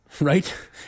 Right